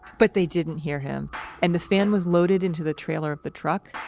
but they didn't hear him and the fan was loaded into the trailer of the truck.